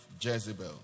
Jezebel